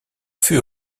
fut